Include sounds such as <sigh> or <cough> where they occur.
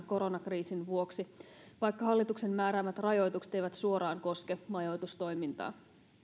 <unintelligible> koronakriisin vuoksi vaikka hallituksen määräämät rajoitukset eivät suoraan koske majoitustoimintaa